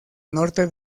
norte